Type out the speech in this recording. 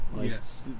Yes